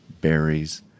berries